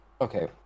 Okay